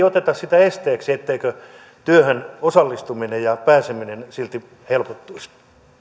oteta sitä esteeksi etteikö työhön osallistuminen ja pääseminen silti helpottuisi